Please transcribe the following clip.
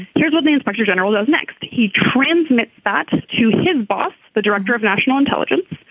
here's what the inspector general does next. he transmits that to his boss the director of national intelligence.